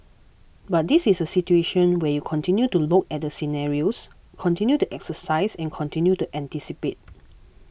but this is situation where you continue to look at the scenarios continue to exercise and continue to anticipate